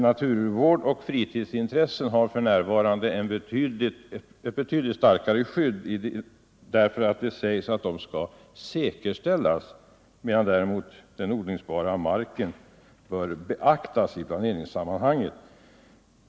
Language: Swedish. Naturvårdsoch fritidsintressen har för närvarande ett betydligt starkare skydd, då det sägs att de skall ”säkerställas”, medan däremot den odlingsbara marken bör ”beaktas” i planeringssammanhang.